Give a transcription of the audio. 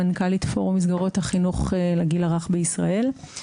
מנכ"לית פורום מסגרות החינוך לגיל הרך בישראל.